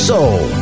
Soul